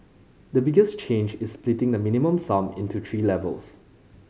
the biggest change is splitting the Minimum Sum into three levels